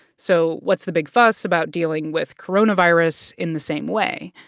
so what's the big fuss about dealing with coronavirus in the same way?